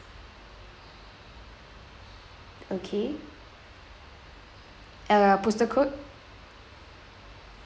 okay uh postal code